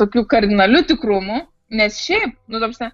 tokiu kardinaliu tikrumu nes šiaip nu ta prasme